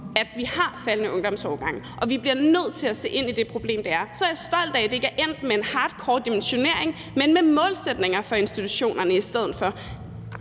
at vi har faldende ungdomsårgange, og vi bliver nødt til at se ind i det problem, det er. Så jeg er stolt af, at det ikke er endt med en hardcore dimensionering, men med målsætninger for institutionerne i stedet for.